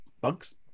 bugs